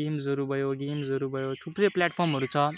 गेम्सहरू भयो गेम्सहरू भयो थुप्रै प्ल्याटफर्महरू छ